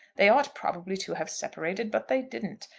they ought probably to have separated, but they didn't.